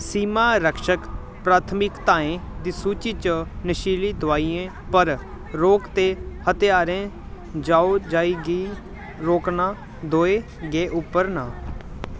सीमा रक्षक प्राथमिकताएं दी सूची च नशीली दोआइयें पर रोक ते हथ्यारें जाओ जाई गी रोकना दोऐ गै उप्पर ना